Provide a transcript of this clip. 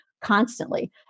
constantly